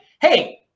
hey